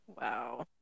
Wow